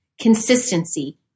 Consistency